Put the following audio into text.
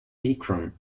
akron